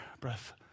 breath